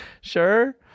sure